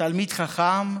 תלמיד חכם,